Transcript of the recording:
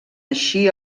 així